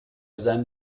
seinem